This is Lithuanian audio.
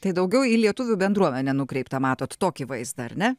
tai daugiau į lietuvių bendruomenę nukreiptą matot tokį vaizdą ar ne